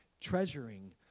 treasuring